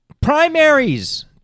Primaries